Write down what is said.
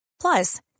Plus